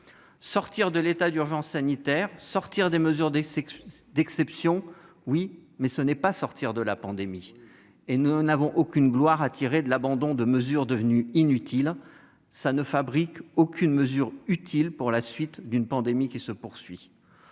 Sortir de l'état d'urgence sanitaire, sortir des mesures d'exception, ce n'est pas sortir de la pandémie. Nous n'avons aucune gloire à tirer de l'abandon de mesures devenues inutiles : cela ne fabrique aucune mesure utile pour la suite d'une pandémie qui se poursuit.